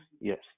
Yes